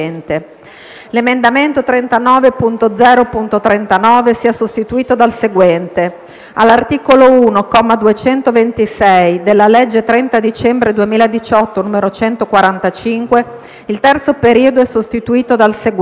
l'emendamento 39.0.39 sia sostituito dal seguente: "All'articolo 1, comma 226, della legge 30 dicembre 2018, n. 145, il terzo periodo è sostituito dal seguente: